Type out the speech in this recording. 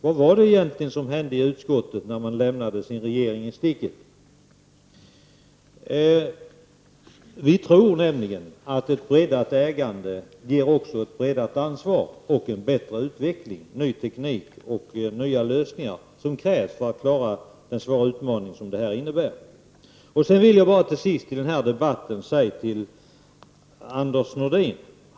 Vad var det egentligen som hände i utskottet när man lämnade sin regering i sticket? Vi moderater tror att ett breddat ägande också ger ett breddat ansvar, en bättre utveckling, ny teknik och nya lösningar som krävs för att möta den svåra utmaning detta innebär. Jag vill slutligen i denna debatt säga följande till Anders Nordin.